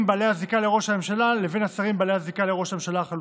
בעלי הזיקה לראש הממשלה לבין השרים בעלי הזיקה לראש הממשלה החלופי.